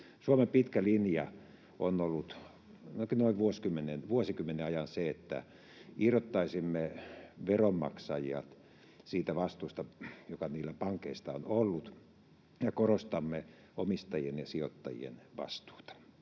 Suomen pitkä linja on ollut ainakin noin vuosikymmenen ajan se, että irrottaisimme veronmaksajia siitä vastuusta, joka niillä pankeista on ollut, ja korostamme omistajien ja sijoittajien vastuuta.